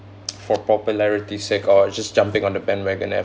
for popularity sake or just jumping on the bandwagon as